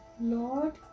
Lord